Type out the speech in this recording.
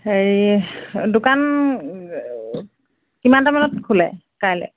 হেৰি দোকান কিমানটা মানত খোলে কাইলৈ